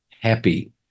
happy